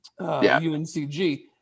UNCG